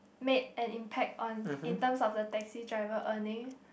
made an impact on in terms of the taxi driver earning